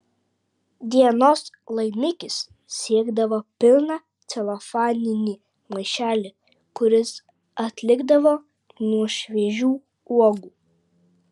dienos laimikis siekdavo pilną celofaninį maišelį kuris atlikdavo nuo šviežių uogų